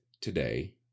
today